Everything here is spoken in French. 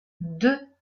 deux